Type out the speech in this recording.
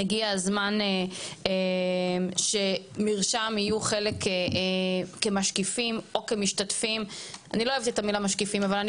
הגיע הזמן ש"מרשם" יהיו חלק כמשקיפים או כמשתתפים.